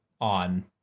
on